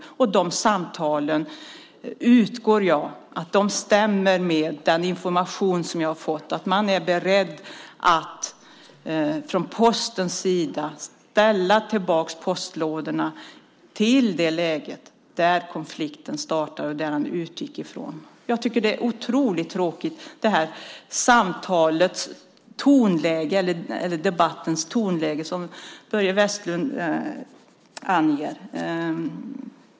Resultatet av de olika samtalen utgår jag ifrån stämmer med den information jag har fått, att man är beredd från Postens sida att ställa tillbaka postlådorna där de var när konflikten startade. Jag tycker att det är otroligt tråkigt med den ton som Börje Vestlund anger i debatten.